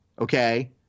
Okay